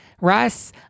Russ